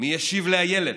מי ישיב לאיילת?